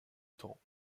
temps